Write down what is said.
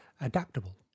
adaptable